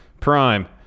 Prime